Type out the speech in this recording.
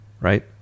Right